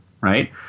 Right